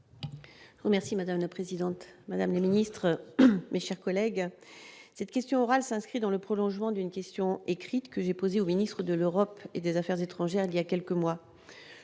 Merci madame la présidente, madame la ministre mais, chers collègues, cette question orale s'inscrit dans le prolongement d'une question écrite que j'ai posée au ministre de l'Europe et des Affaires étrangères, il y a quelques mois,